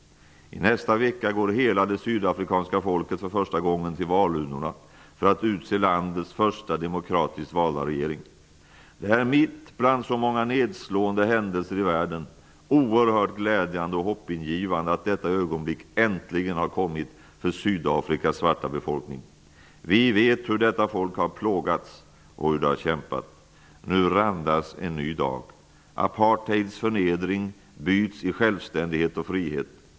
Nästa vecka går det sydafrikanska folket för första gången till valurnorna för att utse landets första demokratiskt valda regering. Bland alla nedslående händelser i världen är det oerhört glädjande och hoppingivande att detta ögonblick äntligen har kommit för Sydafrikas svarta befolkning. Vi vet hur detta folk har plågats och kämpat. Nu randas en ny dag. Apartheids förnedring byts i självständighet och frihet.